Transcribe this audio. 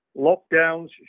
Lockdowns